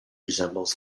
resembles